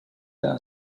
the